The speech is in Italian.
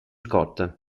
scott